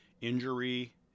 injury